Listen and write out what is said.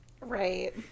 Right